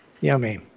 Yummy